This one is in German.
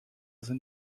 sind